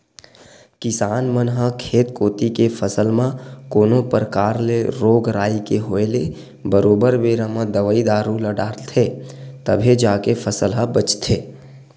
किसान मन ह खेत कोती के फसल म कोनो परकार ले रोग राई के होय ले बरोबर बेरा म दवई दारू ल डालथे तभे जाके फसल ह बचथे